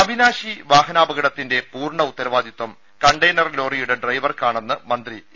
അവിനാശി വാഹനാപകടത്തിന്റെ പൂർണ ഉത്തരവാദിത്വം കണ്ടെയ്നർ ലോറിയുടെ ഡ്രൈവർക്കാണെന്ന് മന്ത്രി എ